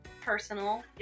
personal